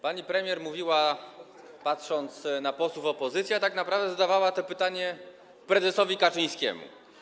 Pani premier mówiła, patrząc na posłów opozycji, a tak naprawdę zadawała to pytanie prezesowi Kaczyńskiemu.